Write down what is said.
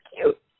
cute